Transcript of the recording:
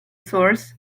source